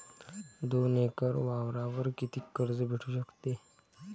दोन एकर वावरावर कितीक कर्ज भेटू शकते?